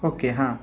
okay हां